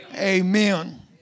Amen